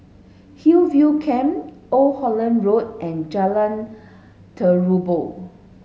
Hillview Camp Old Holland Road and Jalan Terubok